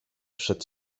przed